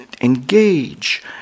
engage